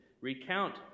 Recount